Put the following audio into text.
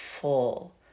full